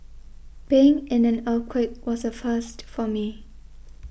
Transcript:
being in an earthquake was a first for me